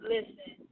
Listen